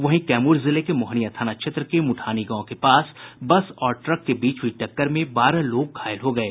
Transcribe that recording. वहीं कैमूर जिले के मोहनियां थाना क्षेत्र के मुठानी गांव के पास बस और ट्रक के बीच हुई टक्कर में बारह लोग घायल हो गये